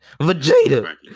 vegeta